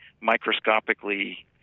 microscopically